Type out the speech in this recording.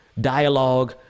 dialogue